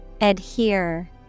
Adhere